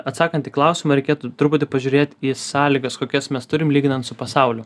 atsakant į klausimą reikėtų truputį pažiūrėt į sąlygas kokias mes turim lyginant su pasauliu